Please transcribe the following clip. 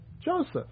Joseph